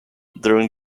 during